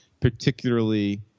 particularly